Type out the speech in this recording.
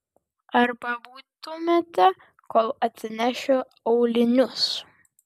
ar pabūtumėte kol atsinešiu aulinius